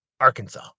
Arkansas